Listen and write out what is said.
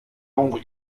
l’ombre